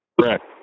Correct